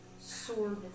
sword